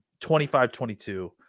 25-22